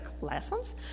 lessons